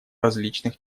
различных